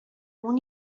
اون